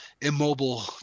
immobile